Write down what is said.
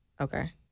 Okay